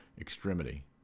extremity